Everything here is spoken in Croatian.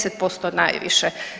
10% najviše.